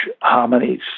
harmonies